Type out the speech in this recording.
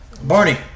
Barney